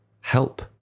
help